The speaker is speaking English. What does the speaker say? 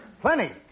Plenty